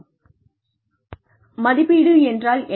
மதிப்பீடு என்றால் என்ன